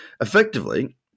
effectively